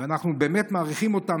ואנחנו באמת מעריכים אותם.